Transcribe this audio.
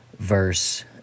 Verse